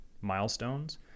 milestones